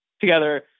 together